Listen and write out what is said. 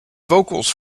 vocals